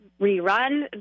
rerun